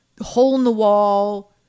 hole-in-the-wall